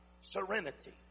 serenity